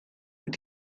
with